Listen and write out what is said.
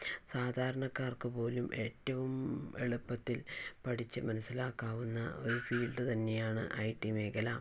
സാധാരണക്കാര്ക്ക് പോലും ഏറ്റവും എളുപ്പത്തില് പഠിച്ച് മനസ്സിലാക്കാവുന്ന ഒരു ഫീല്ഡ് തന്നെയാണ് ഐടി മേഖല